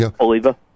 Oliva